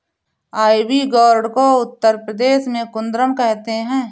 ivy gourd को उत्तर प्रदेश में कुद्रुन कहते हैं